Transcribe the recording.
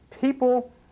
people